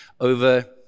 over